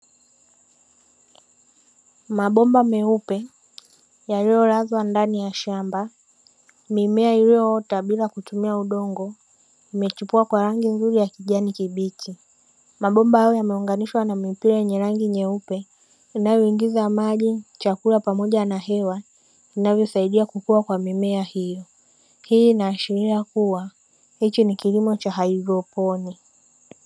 Mabomba meupe, yaliyolazwa ndani ya shamba, mimea iliyoota bila kutumia udongo imechepua kwa rangi nzuri ya kijani kibichi. Mabomba hayo yameunganishwa na mipira yenye rangi nyeupe inayoingiza maji, chakula pamoja na hewa inavyosaidia kukua kwa mimea hiyo. Hii inaashiria kuwa hiki ni kilimo cha haidroponi.